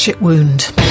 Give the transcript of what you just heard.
Wound